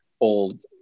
old